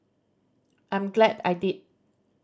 I'm glad I did